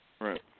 Right